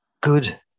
good